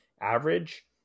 average